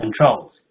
controls